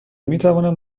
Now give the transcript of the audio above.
میتواند